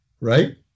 right